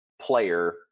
player